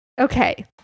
okay